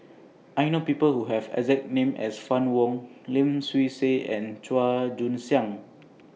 I know People Who Have exact name as Fann Wong Lim Swee Say and Chua Joon Siang